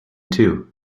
two